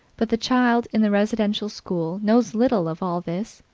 but the child in the residential school knows little of all this,